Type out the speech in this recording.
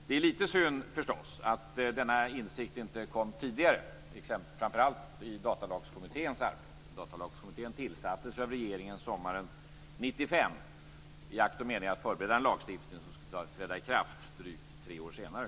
Det är förstås lite synd att denna insikt inte kom tidigare, framför allt i Datalagskommitténs arbete. 1995 i akt och mening att förbereda en lagstiftning som skulle träda i kraft drygt tre år senare.